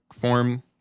form